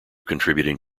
contributing